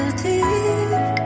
deep